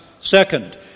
Second